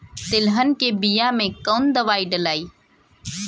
तेलहन के बिया मे कवन दवाई डलाई?